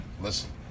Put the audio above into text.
Listen